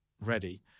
ready